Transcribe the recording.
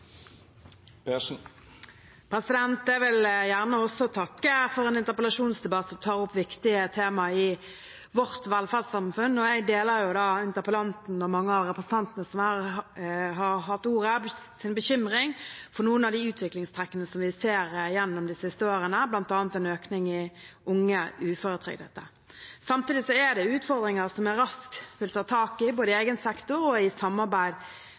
Jeg vil gjerne også takke for en interpellasjonsdebatt som tar opp viktige temaer i vårt velferdssamfunn. Jeg deler bekymringen til interpellanten og mange av representantene som har hatt ordet, for noen av de utviklingstrekkene som vi har sett gjennom de siste årene, bl.a. en økning i antall unge uføretrygdede. Samtidig er det utfordringer som jeg raskt vil ta tak i, både i egen sektor og i samarbeid